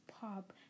pop